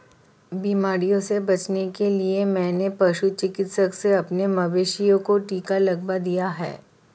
बीमारियों से बचने के लिए मैंने पशु चिकित्सक से अपने मवेशियों को टिका लगवा दिया है